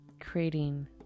creating